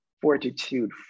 fortitude